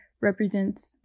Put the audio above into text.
represents